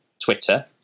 Twitter